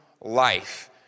life